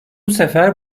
sefer